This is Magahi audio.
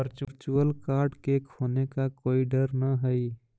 वर्चुअल कार्ड के खोने का कोई डर न हई